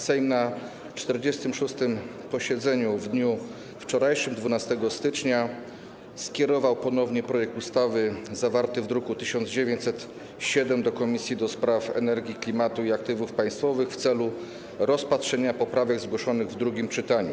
Sejm na 46. posiedzeniu w dniu wczorajszym, 12 stycznia, skierował ponownie projekt ustawy zawarty w druku nr 1907 do Komisji do Spraw Energii, Klimatu i Aktywów Państwowych w celu rozpatrzenia poprawek zgłoszonych w drugim czytaniu.